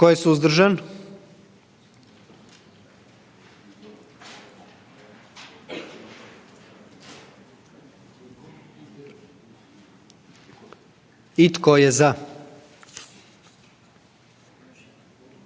Tko je suzdržan? I tko je